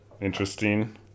interesting